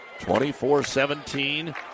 24-17